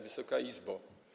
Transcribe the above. Wysoka Izbo!